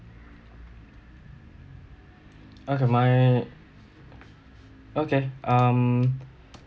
okay my okay um